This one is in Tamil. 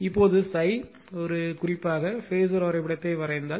இப்போது ∅ ஒரு குறிப்பாக பேசர் வரைபடத்தை வரைந்தால்